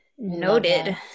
Noted